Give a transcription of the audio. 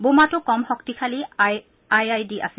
বোমাটো কম শক্তিশালী I E D আছিল